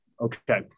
Okay